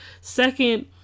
second